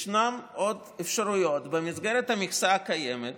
ישנן עוד אפשרויות במסגרת המכסה הקיימת